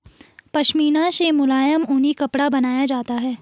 पशमीना से मुलायम ऊनी कपड़ा बनाया जाता है